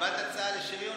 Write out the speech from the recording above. קיבלת הצעה לשריון